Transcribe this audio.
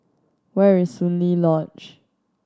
where is Soon Lee Lodge